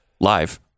live